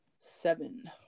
seven